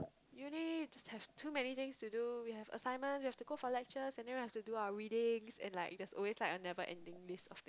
uni just have too many things to do we have assignments we have to go for lectures and then we have to do our readings and like there's always like a never ending list of